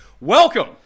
Welcome